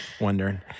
wondering